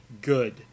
good